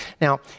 Now